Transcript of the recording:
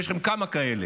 יש לכם כמה כאלה: